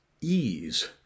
ease